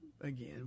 again